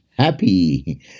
happy